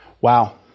Wow